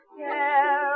care